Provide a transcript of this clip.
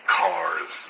cars